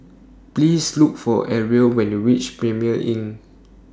Please Look For Arvil when YOU REACH Premier Inn